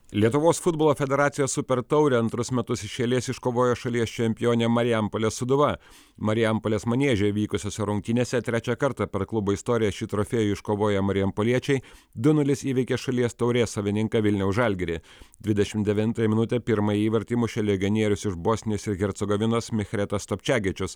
lietuvos futbolo federacijos super taurę antrus metus iš eilės iškovojo šalies čempionė marijampolės sūduva marijampolės maniežej vykusiose rungtynėse trečią kartą per klubo istoriją šį trofėjų iškovoję marijampoliečiai du nulis įveikė šalies taurės savininką vilniaus žalgirį dvidešimt devintąją minutę pirmąjį įvartį įmušė legionierius iš bosnijos ir hercegovinos michretas topčiagičius